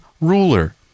ruler